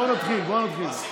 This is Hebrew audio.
בואו נתחיל.